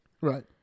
Right